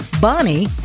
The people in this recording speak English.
Bonnie